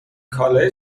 کالای